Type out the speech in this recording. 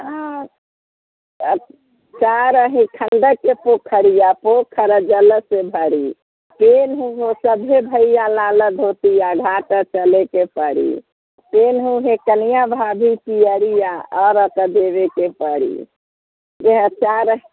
इएह चारि